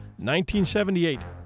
1978